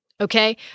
Okay